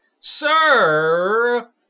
Sir